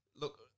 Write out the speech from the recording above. Look